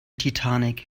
titanic